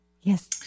Yes